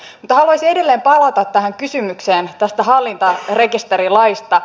mutta haluaisin edelleen palata tähän kysymykseen tästä hallintarekisterilaista